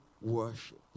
worship